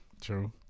True